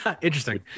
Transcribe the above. Interesting